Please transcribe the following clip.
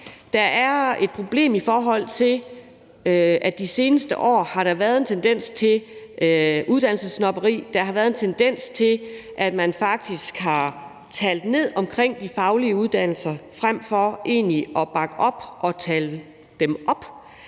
Der er et problem, i forhold til at der i de seneste år har været en tendens til uddannelsessnobberi, at der har været en tendens til, at man faktisk har talt de faglige uddannelser ned, frem for at bakke op om dem og